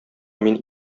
мин